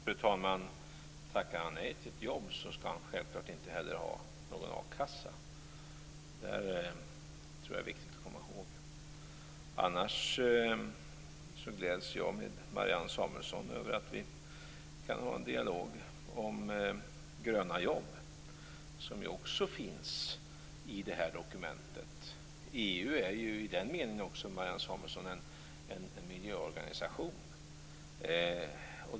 Fru talman! Tackade han nej till ett jobb skall han självfallet inte heller ha någon a-kassa. Det är viktigt att komma ihåg. I övrigt gläds jag med Marianne Samuelsson om att vi kan ha en dialog om gröna jobb. Också detta finns med i det här dokumentet. EU är ju i den meningen också, Marianne Samuelsson, en miljöorganisation.